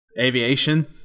Aviation